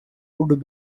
would